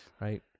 Right